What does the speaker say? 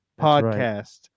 Podcast